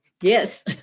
yes